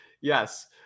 Yes